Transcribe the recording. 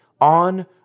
on